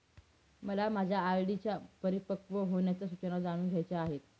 मला माझ्या आर.डी च्या परिपक्व होण्याच्या सूचना जाणून घ्यायच्या आहेत